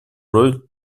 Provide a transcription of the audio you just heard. роль